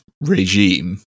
regime